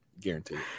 Guaranteed